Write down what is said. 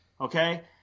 Okay